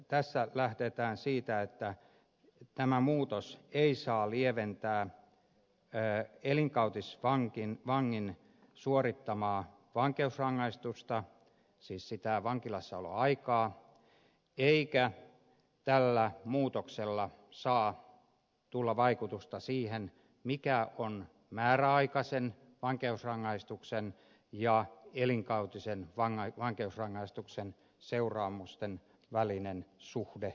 tässä lähdetään siitä että tämä muutos ei saa lieventää elinkautisvangin suorittamaa vankeusrangaistusta siis sitä vankilassaoloaikaa eikä tällä muutoksella saa tulla vaikutusta siihen mikä on määräaikaisen vankeusrangaistuksen ja elinkautisen vankeusrangaistuksen seuraamusten välinen suhde